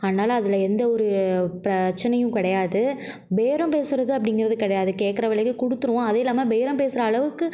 அதனால் அதில் எந்த ஒரு பிரச்சினையும் கிடையாது பேரம் பேசுவது அப்படிங்குறது கிடையாது கேட்குற விலைக்கு கொடுத்துருவோம் அதுவும் இல்லாமல் பேரம் பேசுகிற அளவுக்கு